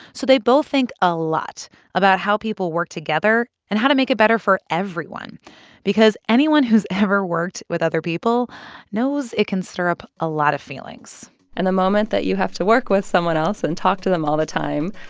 so they both think a lot about how people work together and how to make it better for everyone because anyone who's ever worked with other people knows it can stir up a lot of feelings and the moment that you have to work with someone else and talk to them all the time,